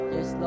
Yes